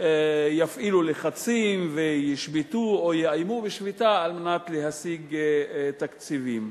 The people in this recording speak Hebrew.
יפעילו לחצים וישבתו או יאיימו בשביתה על מנת להשיג תקציבים.